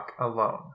alone